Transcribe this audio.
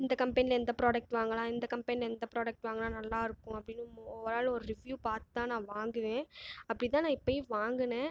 இந்த கம்பெனிலேருந்து இந்த ப்ராடெக்ட் வாங்கலாம் இந்த கம்பெனிலேருந்து இந்த ப்ராடெக்ட் வாங்குனால் நல்லாருகும் அப்படினு ஓவர் ஆல்லா ரீவியூவ் பார்த்து தான் நான் வாங்குவேன் அப்டித்தான் நான் இப்போயும் வாங்குனன்